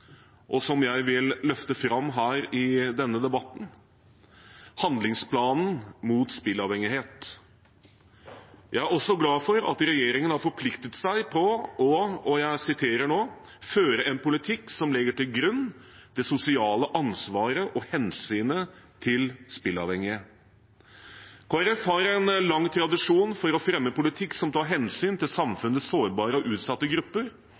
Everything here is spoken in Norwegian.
noe som jeg vil løfte fram her i denne debatten: handlingsplanen mot spilleavhengighet. Jeg er også glad for at regjeringen har forpliktet seg til å – og jeg siterer nå – «føre en politikk som legger til grunn det sosiale ansvaret og hensynet til spilleavhengige». Kristelig Folkeparti har en lang tradisjon for å fremme politikk som tar hensyn til samfunnets sårbare og utsatte grupper.